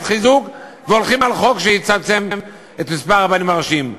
חיזוק והולכים על חוק שיצמצם את מספר הרבנים הראשיים.